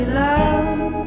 love